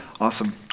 awesome